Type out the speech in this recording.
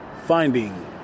finding